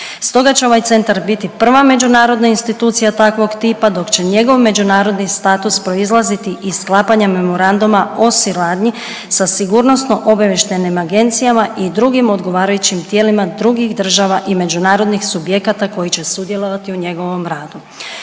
Stoga će ovaj Centar biti prva međunarodna institucija takvog tipa, dok će njegov međunarodni status proizlaziti iz sklapanja memoranduma o suradnji sa sigurnosno-obavještajnim agencijama i drugim odgovarajućim tijelima drugih država i međunarodnih subjekata koji će sudjelovati u njegovom radu.